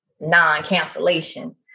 non-cancellation